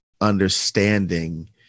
understanding